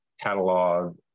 catalog